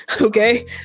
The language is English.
Okay